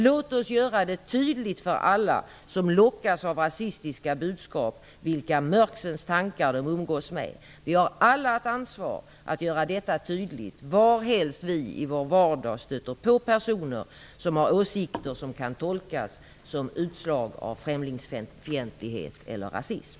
Låt oss göra det tydligt för alla som lockas av rasistiska budskap vilka mörksens tankar de umgås med. Vi har alla ett ansvar för att göra detta tydligt varhelst vi i vår vardag stöter på personer som har åsikter som kan tolkas som utslag av främlingsfientlighet eller rasism.